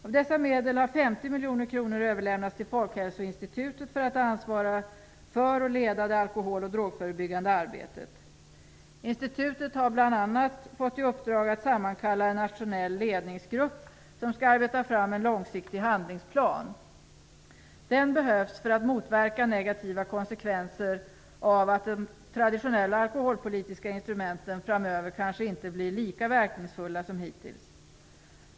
Av dessa medel har 50 miljoner kronor överlämnats till Folkhälsoinstitutet, för att man skall ansvara för och leda det alkohol och drogförebyggande arbetet. Institutet har bl.a. fått i uppdrag att sammankalla en nationell ledningsgrupp, som skall arbeta fram en långsiktig handlingsplan. Den behövs för att motverka negativa konsekvenser av att de traditionella alkoholpolitiska instrumenten framöver kanske inte blir lika verkningsfulla som hittills.